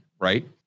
right